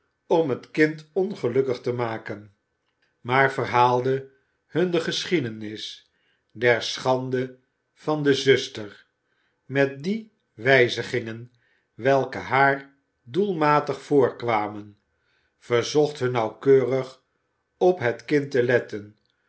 om het kind ongelukkig te maken maar verhaalde hun de geschiedenis der schande van de zuster met die wijzigingen welke haar doelmatig voorkwamen verzocht hun nauwkeurig op het kind te letten